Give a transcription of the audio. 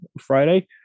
Friday